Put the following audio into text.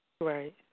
Right